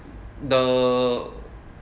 the